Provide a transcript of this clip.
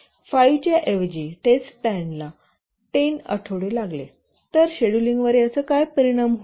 5 च्या ऐवजी टेस्ट प्लॅनला १० आठवडे लागले तर शेड्यूलिंग वर काय परिणाम होईल